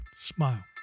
smile